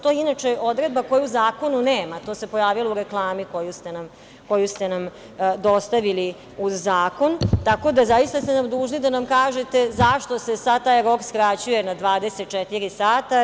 To je inače odredba koje u zakonu nema, to se pojavilo u reklami koju ste nam dostavili uz zakon, tako da zaista ste dužni da nam kažete zašto se sad taj rok skraćuje na 24 sata.